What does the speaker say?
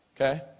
okay